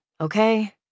okay